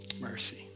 mercy